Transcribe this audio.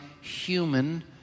human